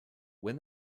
when